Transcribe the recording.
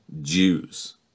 jews